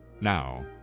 now